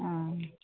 অঁ